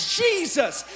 jesus